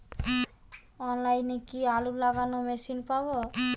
অনলাইনে কি আলু লাগানো মেশিন পাব?